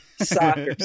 soccer